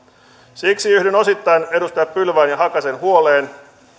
siksi yhdyn osittain edustaja pylvään ja hakasen huoleen